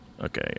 Okay